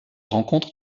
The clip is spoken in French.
rencontre